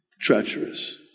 Treacherous